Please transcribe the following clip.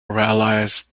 rallies